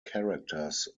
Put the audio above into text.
characters